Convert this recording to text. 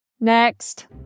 Next